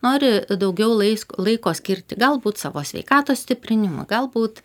nori daugiau lais laiko skirti galbūt savo sveikatos stiprinimui galbūt